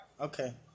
Okay